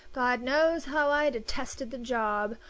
god knows how i detested the job!